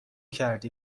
کردی